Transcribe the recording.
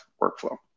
workflow